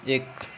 एक